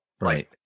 right